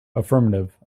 affirmative